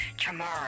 tomorrow